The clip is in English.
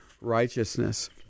righteousness